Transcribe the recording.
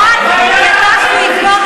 ירה בגב בילד פלסטיני,